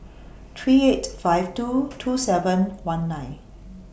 three eight five two two seven one nine